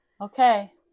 Okay